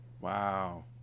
Wow